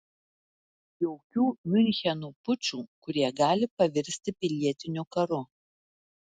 jokių miuncheno pučų kurie gali pavirsti pilietiniu karu